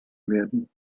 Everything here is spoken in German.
werden